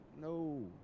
No